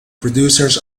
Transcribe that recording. producers